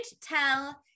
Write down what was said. tell